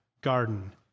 garden